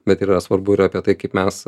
bet yra svarbu yra apie tai kaip mes